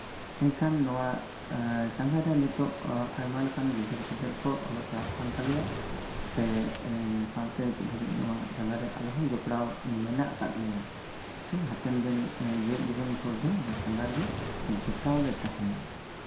ᱮᱱᱠᱷᱟᱱ ᱱᱚᱣᱟ ᱪᱟᱸᱜᱟᱨᱮ ᱱᱤᱛᱚᱜ ᱟᱭᱢᱟ ᱞᱮᱠᱟ ᱜᱤᱫᱟᱹᱨᱼᱯᱤᱫᱟᱹᱨ ᱠᱚ ᱚᱞᱚᱜ ᱯᱟᱲᱦᱟᱜ ᱠᱟᱱ ᱛᱟᱞᱮᱭᱟ ᱥᱮ ᱥᱟᱶᱛᱮ ᱱᱤᱛᱚᱜ ᱫᱷᱟᱹᱵᱤᱡ ᱱᱚᱣᱟ ᱪᱟᱸᱜᱟᱨᱮ ᱟᱞᱮᱦᱚᱸ ᱡᱚᱯᱲᱟᱣ ᱢᱮᱱᱟᱜ ᱠᱟᱜ ᱞᱮᱭᱟ ᱥᱮ ᱦᱟᱯᱮᱱ ᱫᱤᱱ ᱡᱮᱣᱭᱮᱛ ᱡᱤᱵᱚᱱ ᱵᱳᱨ ᱫᱚ ᱪᱟᱸᱜᱟ ᱨᱮᱜᱮ ᱡᱚᱯᱲᱟᱣ ᱞᱮ ᱛᱟᱦᱮᱱᱟ